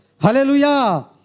Hallelujah